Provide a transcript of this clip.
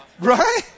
Right